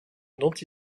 dont